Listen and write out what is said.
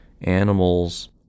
animals